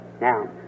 Now